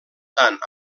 tant